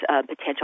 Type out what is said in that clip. potential